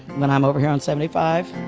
when i'm over here on seventy five,